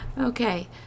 Okay